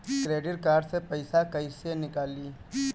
Credit card से पईसा केइसे निकली?